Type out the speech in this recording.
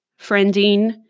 friending